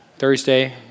Thursday